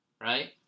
Right